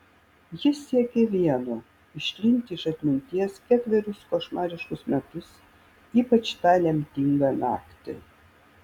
ji siekė vieno ištrinti iš atminties ketverius košmariškus metus ypač tą lemtingą naktį